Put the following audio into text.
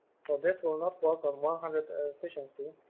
so this will not work on one hundred fishing see